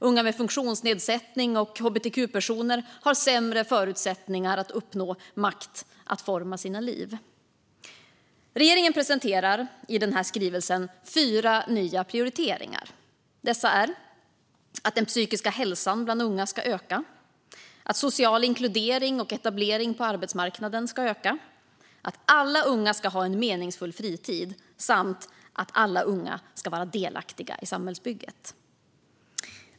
Unga med funktionsnedsättning och hbtq-personer har sämre förutsättningar att uppnå makt att forma sina liv. Regeringen presenterar i den här skrivelsen fyra nya prioriteringar. Dessa är att den psykiska hälsan bland unga ska öka, att social inkludering och etablering på arbetsmarknaden ska öka, att alla unga ska ha en meningsfull fritid samt att alla unga ska vara delaktiga i samhällsbygget.